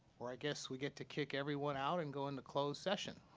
where, i guess, we get to kick everyone out and go into closed session.